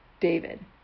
David